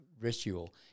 ritual